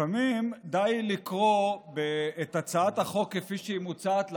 לפעמים די לקרוא בהצעת החוק כפי שהיא מוצעת לנו,